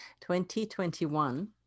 2021